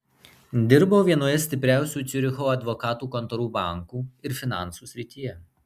dirbo vienoje stipriausių ciuricho advokatų kontorų bankų ir finansų srityje